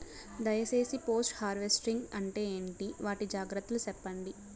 దయ సేసి post harvesting అంటే ఏంటి? వాటి జాగ్రత్తలు సెప్పండి?